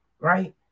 right